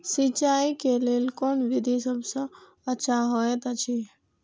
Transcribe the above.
सिंचाई क लेल कोन विधि सबसँ अच्छा होयत अछि?